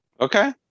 Okay